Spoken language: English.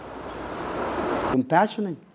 Compassionate